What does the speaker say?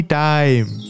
time